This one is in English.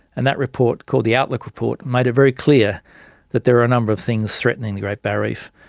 and that report called the outlook report made it very clear that there were a number of things threatening the great barrier reef.